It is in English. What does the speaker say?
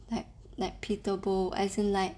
like pitable as in like